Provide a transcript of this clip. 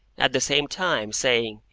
at the same time saying,